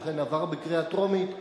הוא אכן עבר בקריאה טרומית,